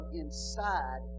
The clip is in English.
inside